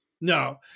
no